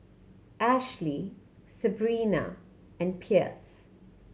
Ashlee Sebrina and Pierce